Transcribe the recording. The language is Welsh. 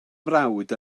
mrawd